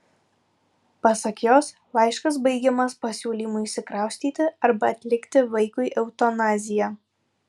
pasak jos laiškas baigiamas pasiūlymu išsikraustyti arba atlikti vaikui eutanaziją